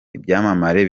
ibyamamare